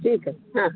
ঠিক আছে হ্যাঁ